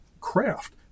craft